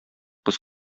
кыз